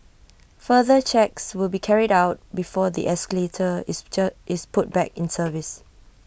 further checks will be carried out before the escalator is check is put back in service